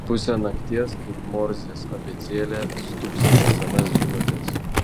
pusę nakties kaip morzės abėcėlė stuksi sms žinutės